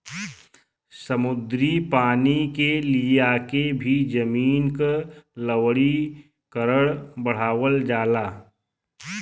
समुद्री पानी के लियाके भी जमीन क लवणीकरण बढ़ावल जाला